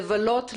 לבלות,